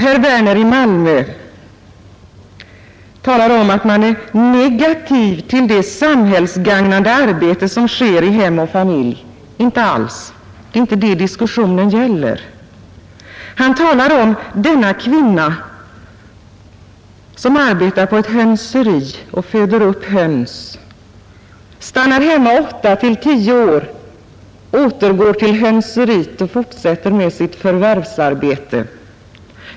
Herr Werner i Malmö talar om att man är negativt inställd till det samhällsgagnande arbete som sker i hem och familj. Inte alls, det är inte det diskussionen gäller. Han talar vidare om denna kvinna som arbetar på ett hönseri och föder upp höns, stannar hemma åtta 3 tio år och därefter återgår till hönseriet och alltså fortsätter med sitt förvärvsarbete.